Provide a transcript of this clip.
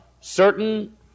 certain